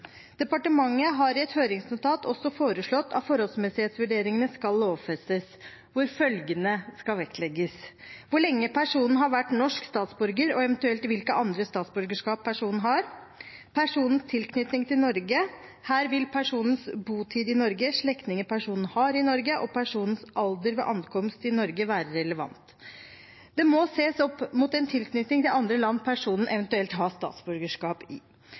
Departementet har i et høringsnotat foreslått at forholdsmessighetsvurderingen skal lovfestes, og at følgende skal vektlegges: hvor lenge personen har vært norsk statsborger, og eventuelt hvilke andre statsborgerskap personen har personens tilknytning til Norge. Her vil personens botid i Norge, slektninger personen har i Norge, og personens alder ved ankomst til Norge være relevant. Det må ses opp mot tilknytning til andre land personen eventuelt har statsborgerskap i.